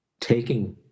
taking